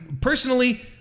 personally